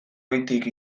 goitik